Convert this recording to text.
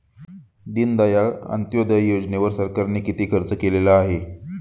दीनदयाळ अंत्योदय योजनेवर सरकारने किती खर्च केलेला आहे?